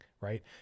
right